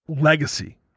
legacy